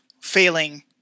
failing